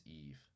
Eve